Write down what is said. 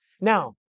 Now